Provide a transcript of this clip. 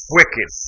wicked